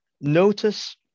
notice